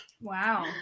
Wow